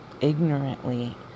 ignorantly